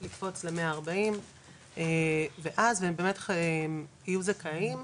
לקפוץ ל-140 ואז הם באמת יהיו זכאים,